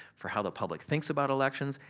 for how the public thinks about elections.